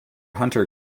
hunter